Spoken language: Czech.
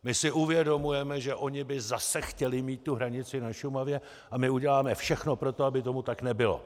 My si uvědomujeme, že oni by zase chtěli mít tu hranici na Šumavě, a my uděláme všechno pro to, aby tomu tak nebylo.